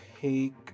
take